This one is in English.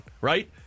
right